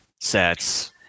sets